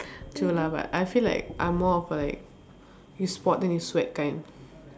true lah but I feel like I'm more of like you sport then you sweat kind